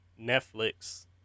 Netflix